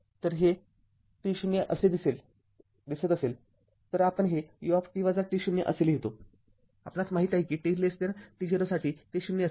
तर हे t0 असे दिले असेल तर आपण हे u असे लिहितो आपणास माहीत आहे कि t t0 साठी ते ० असेल